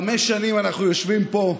חמש שנים אנחנו יושבים פה,